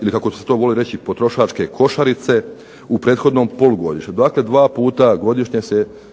ili kako se to voli reći potrošačke košarice u prethodnom polugodištu, dakle dva puta godišnje se